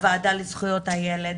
הוועדה לזכויות הילד.